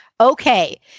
Okay